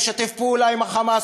משתף פעולה עם ה"חמאס",